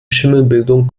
schimmelbildung